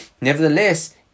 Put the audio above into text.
Nevertheless